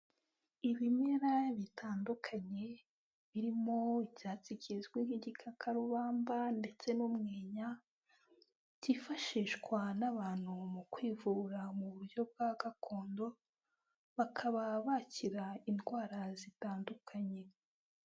Ibimera bitandukanye, birimo icyatsi kizwi nk'igikakarubamba ndetse n'umwenya kifashishwa n'abantu mu kwivura mu buryo bwa gakondo, bakaba bakira indwara zitandukanye.